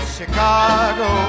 Chicago